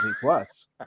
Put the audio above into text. Plus